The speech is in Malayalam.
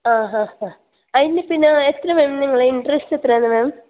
ആ ഹാ ഹാ അതിന് പിന്നെ അത്ര വരും നിങ്ങളുടെ ഇൻട്രസ്റ്റ് എത്രയാന്ന് മാം